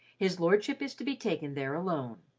his lordship is to be taken there alone.